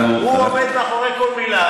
הוא עומד מאחורי כל מילה,